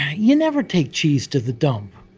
you never take cheese to the dump!